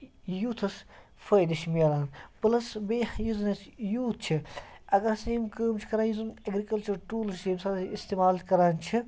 یوٗتھَس فٲیدٕ چھِ مِلان پٕلَس بیٚیہِ یُس زَن اَسہِ یوٗتھ چھِ اگر ہَسا یِم کأم چھِ کران یُس زَن ایٚگرِکَلچَر ٹوٗلٕز چھِ ییٚمہِ ساتہٕ أسۍ اِستعمال کران چھِ